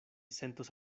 sentos